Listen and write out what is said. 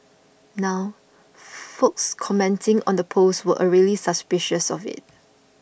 now folks commenting on the post were already suspicious of it